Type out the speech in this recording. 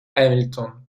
hamilton